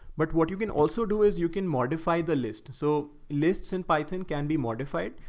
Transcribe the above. but what you can also do is you can modify the list. so lists in python can be modified.